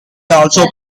also